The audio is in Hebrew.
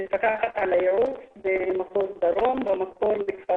מפקחת על הייעוץ במחוז דרום במקור מכפר